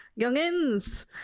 Youngins